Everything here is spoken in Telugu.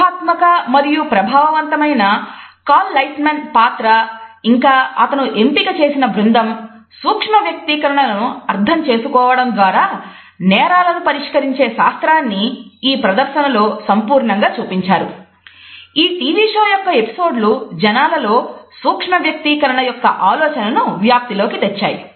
" లై టు మీ" జనాలలో సూక్ష్మ వ్యక్తీకరణ యొక్క ఆలోచనను వ్యాప్తిలోకి తెచ్చాయి